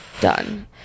Done